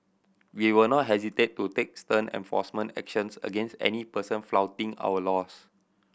we will not hesitate to take stern enforcement actions against any person flouting our laws